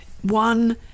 One